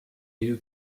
new